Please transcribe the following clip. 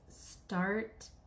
start